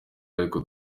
ariko